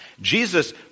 Jesus